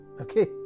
okay